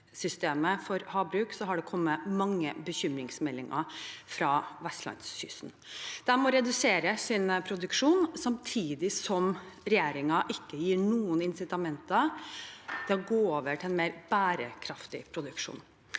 for havbruk, har det kommet mange bekymringsmeldinger fra vestlandskysten. De må redusere sin produksjon, samtidig som regjeringen ikke gir noen insitamenter til å gå over til en mer bærekraftig produksjon.